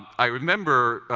i remember,